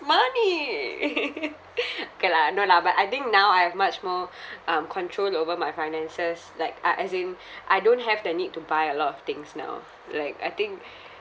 money okay lah no lah but I think now I have much more um control over my finances like uh as in I don't have the need to buy a lot of things now like I think